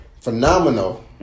phenomenal